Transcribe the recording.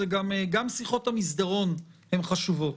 גם שיחות המסדרון הן חשובות.